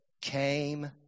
came